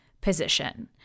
position